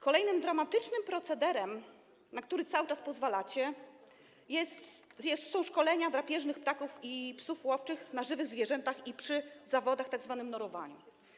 Kolejnym dramatycznym procederem, na który cały czas pozwalacie, są szkolenia drapieżnych ptaków i psów łowczych na żywych zwierzętach i przy zawodach w tzw. norowaniu.